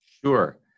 Sure